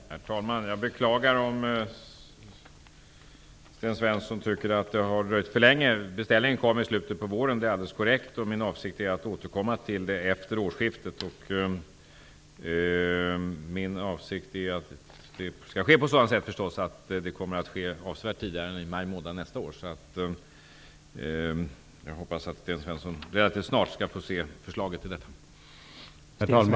Herr talman! Jag beklagar om Sten Svensson tycker att det har dröjt för länge. Beställningen kom i slutet av våren, och min avsikt är att återkomma till frågan efter årsskiftet, dvs. avsevärt tidigare än i maj månad nästa år. Jag hoppas att Sten Svensson relativt snart skall få se förslaget i fråga.